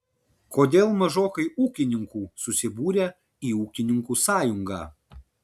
kodėl mažokai ūkininkų susibūrę į ūkininkų sąjungą